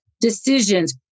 Decisions